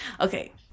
Okay